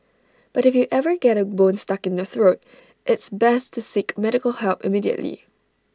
but if you ever get A bone stuck in your throat it's best to seek medical help immediately